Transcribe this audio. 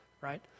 right